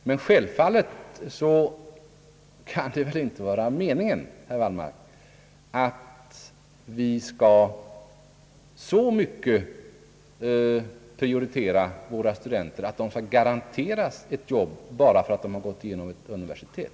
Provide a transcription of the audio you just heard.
Men självfallet kan det väl inte vara meningen, herr Wallmark, att vi så mycket skall prioritera våra studenter att de garanteras ett jobb bara för att de har gått igenom ett universitet.